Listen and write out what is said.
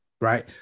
Right